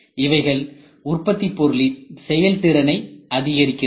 இவைகள் உற்பத்திப் பொருளின் செயல் திறனை அதிகரிக்கிறது